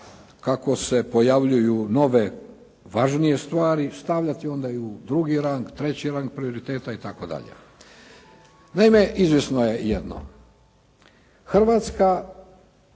kako se pojavljuju nove važnije stvari, stavljati onda i u drugi rang, treći rang prioriteta itd. Naime, izvjesno je jedno. Hrvatska